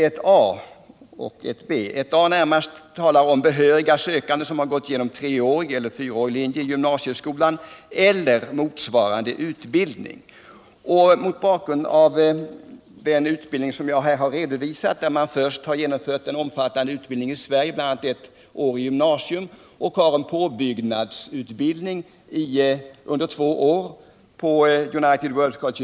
När det gäller exempelvis gruppen 1 a talas om behöriga sökande som har gått igenom treårig eller fyraårig linje i gymnasieskolan eller motsvarande utbildning. Den utbildning som jag här har redovisat innebär att man först genomgått en omfattande utbildning i Sverige, bl.a. ett år i gymnasium, och att man har en påbyggnadsutbildning under två år på United World Colleges.